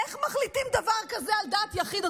איך מחליטים דבר כזה על דעת יחיד,